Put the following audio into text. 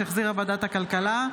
שהחזירה ועדת הכלכלה,